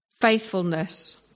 faithfulness